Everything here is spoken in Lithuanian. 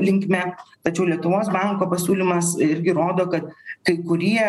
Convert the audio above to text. linkme tačiau lietuvos banko pasiūlymas irgi rodo ka kai kurie